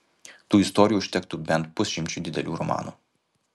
tų istorijų užtektų bent pusšimčiui didelių romanų